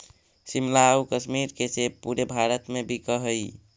शिमला आउ कश्मीर के सेब पूरे भारत में बिकऽ हइ